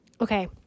Okay